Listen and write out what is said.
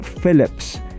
Phillips